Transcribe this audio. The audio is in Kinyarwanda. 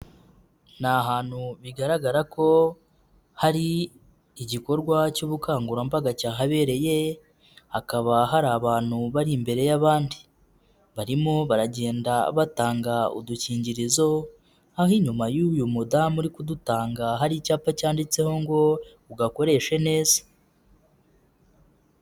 Ni ahantu bigaragara ko hari igikorwa cy'ubukangurambaga cyahabereye hakaba hari abantu bari imbere y'abandi, barimo baragenda batanga udukingirizo aho inyuma y'uyu mudamu uri kudutanga hari icyapa cyanditseho ngo ugakoreshe neza.